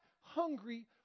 hungry